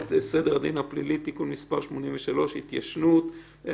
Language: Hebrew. סדר הדין הפלילי (תיקון מס' 83) (התיישנות),